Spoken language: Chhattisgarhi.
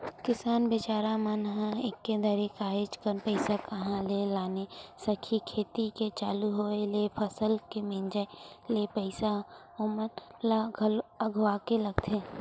किसान बिचारा मन ह एके दरी काहेच कन पइसा कहाँ ले लाने सकही खेती के चालू होय ले फसल के मिंजावत ले पइसा ओमन ल अघुवाके लगथे